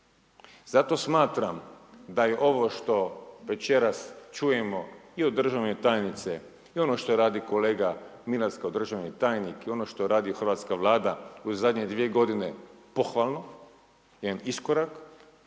Zato smatram da je ovo što večeras čujemo i od državne tajnice i ono što radi kolega Milas kao državni tajnik, i ono što radi hrvatska Vlada u zadnje dvije godine pohvalno, jedan iskorak,